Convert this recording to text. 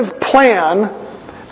plan